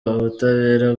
ubutabera